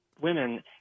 women